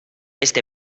este